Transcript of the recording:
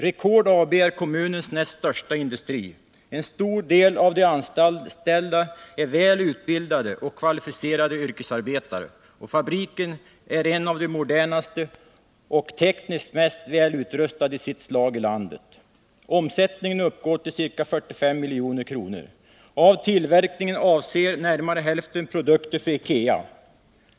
Record AB är kommunens näst största industri. En stor del av de anställda är väl utbildade och kvalificerade yrkesarbetare, och fabriken är en av de modernaste och tekniskt mest välutrustade i sitt slag i landet. Omsättningen uppgår till ca 45 milj.kr. Av tillverkningen avser närmare hälften produkter för IKEA.